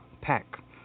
Pack